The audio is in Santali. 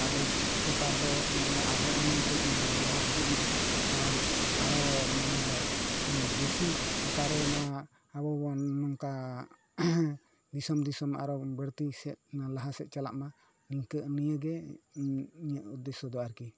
ᱠᱟᱜᱚᱡᱽ ᱯᱮᱯᱟᱨ ᱫᱚ ᱢᱟᱱᱮ ᱟᱨᱦᱚᱸ ᱩᱱᱱᱚᱛᱚᱜ ᱢᱟ ᱞᱟᱦᱟ ᱦᱤᱡᱩᱜ ᱢᱟ ᱱᱚᱣᱟ ᱟᱨᱚ ᱢᱟᱱᱮ ᱵᱮᱥᱤ ᱟᱠᱟᱨᱮ ᱱᱚᱣᱟ ᱟᱵᱚ ᱵᱚᱱ ᱱᱚᱝᱠᱟ ᱫᱤᱥᱚᱢ ᱫᱤᱥᱚᱢ ᱟᱨᱚ ᱵᱟᱹᱲᱛᱤ ᱥᱮᱫ ᱞᱟᱦᱟ ᱥᱮᱫ ᱪᱟᱞᱟᱜ ᱢᱟ ᱱᱤᱝᱠᱟᱹ ᱱᱤᱭᱟᱹᱜᱮ ᱤᱧᱟᱹᱜ ᱩᱫᱽᱫᱮᱥᱥᱚ ᱫᱚ ᱟᱨᱠᱤ